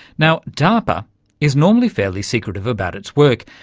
now, darpa is normally fairly secretive about its work,